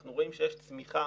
אנחנו רואים שיש צמיחה